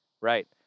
Right